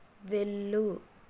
వెళ్ళు